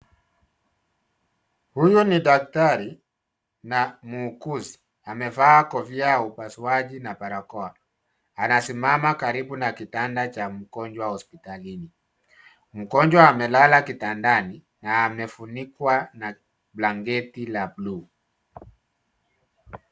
Huyu ni daktari na mwuguzi amevaa kofia ya upasuaji na barakoa, anasimama karibu na kitanda cha mgonjwa hospitalini, mgonjwa amelala kitandani na amefunukwa na blanketi la bluu.